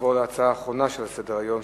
נעבור להצעה האחרונה שעל סדר-היום,